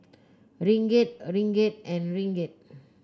Ringgit Ringgit and Ringgit